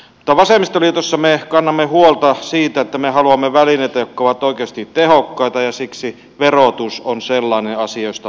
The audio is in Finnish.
mutta vasemmistoliitossa me kannamme huolta siitä että me haluamme välineitä jotka ovat oikeasti tehokkaita ja siksi verotus on sellainen asia josta pitää puhua